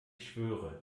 schwöre